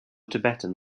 tibetan